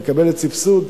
את מקבלת סבסוד,